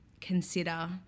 consider